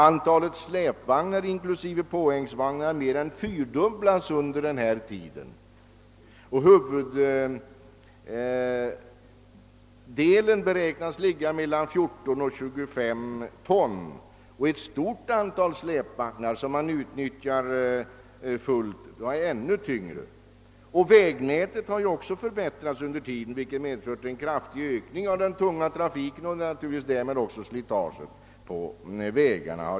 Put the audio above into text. Antalet släpvagnar inklusive påhängsvagnar har mer än fyrdubblats under den gångna tiden och huvuddelen beräknas ha en tjänstevikt av 14—25 ton. Ett stort antal släpvagnar som utnyttjas helt är ännu tyngre. Vägnätet har också förbättrats under tiden, vilket medfört en kraftig ökning av den tunga trafiken och därmed ett väsentligt ökat slitage av vägarna.